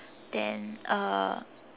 then uh